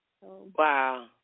Wow